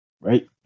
Right